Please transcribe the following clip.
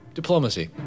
diplomacy